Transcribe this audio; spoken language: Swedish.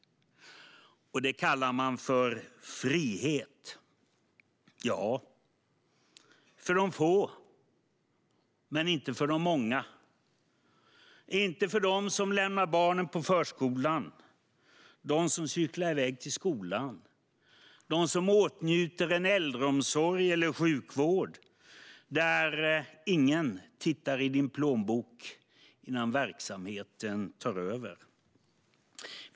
De kallar det för frihet. Ja, det är frihet för de få men inte för de många - inte för dem som lämnar barnen på förskolan, för dem som cyklar till skolan eller för dem som åtnjuter en äldreomsorg eller sjukvård där ingen tittar i ens plånbok innan verksamheten tar över.